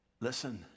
listen